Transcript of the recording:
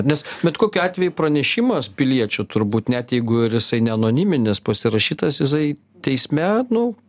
nes bet kokiu atveju pranešimas piliečių turbūt net jeigu ir jisai neanoniminis pasirašytas jisai teisme nu